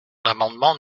l’amendement